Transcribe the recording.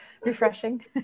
Refreshing